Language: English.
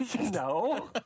No